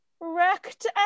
Wrecked